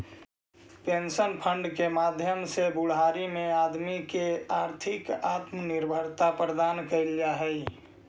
pension fund के माध्यम से बुढ़ारी में आदमी के आर्थिक आत्मनिर्भरता प्रदान कैल जा हई